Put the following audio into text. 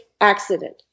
accident